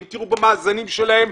אם תראו במאזנים שלהם,